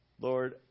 Lord